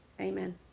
amen